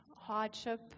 hardship